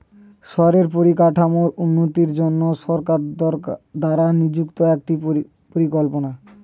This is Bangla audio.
শহরের পরিকাঠামোর উন্নতির জন্য সরকার দ্বারা নিযুক্ত একটি পরিকল্পনা